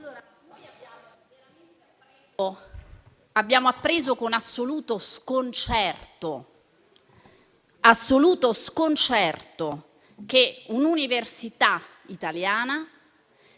abbiamo appreso con assoluto sconcerto che un'università italiana